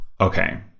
Okay